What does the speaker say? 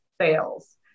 sales